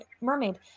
Mermaid